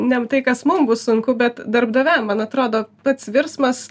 ne tai kas mum bus sunku bet darbdaviam man atrodo pats virsmas